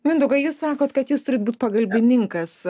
mindaugai jūs sakot kad jūs turit būt pagalbininkas